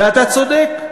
ואתה צודק,